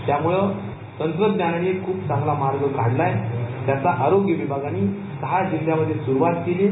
त्यामुळे तंत्रज्ञानानं खूप चांगला मार्ग काढला आहे त्याचा आरोग्य विभागानं सहा जिल्ह्यांमध्ये सुरुवात केली आहे